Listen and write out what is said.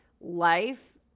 life